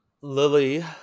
Lily